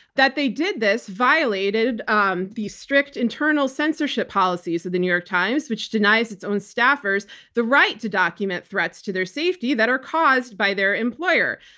that they did this violated um the strict internal censorship policies of the new york times, which denies its own staffers the right to document threats to their safety that are caused by their employer.